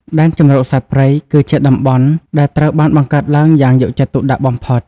ដែនជម្រកសត្វព្រៃ គឺជាតំបន់ដែលត្រូវបានបង្កើតឡើងយ៉ាងយកចិត្តទុកដាក់បំផុត។